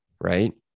right